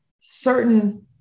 certain